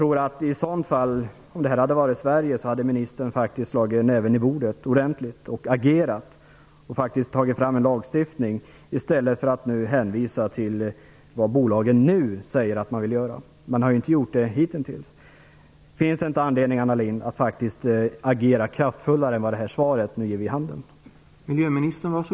Om ett sådant här fall hade inträffat i Sverige tror jag att ministern hade slagit näven ordentligt i bordet och agerat för att ta fram en lagstiftning i stället för att bara hänvisa till vad bolagen nu säger att de vill göra. De har ju hitintills inte handlat därefter. Finns det inte anledning, Anna Lindh, att agera kraftfullare än vad som anges i svaret?